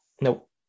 Nope